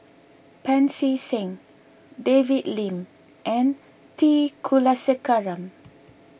Pancy Seng David Lim and T Kulasekaram